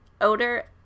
odor